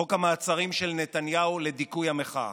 חוק המעצרים של נתניהו לדיכוי המחאה.